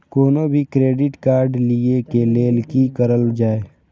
कोनो भी credit card लिए के लेल की करल जाय?